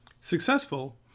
Successful